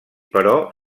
però